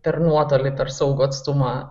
per nuotolį per saugų atstumą